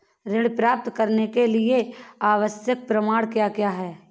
ऋण प्राप्त करने के लिए आवश्यक प्रमाण क्या क्या हैं?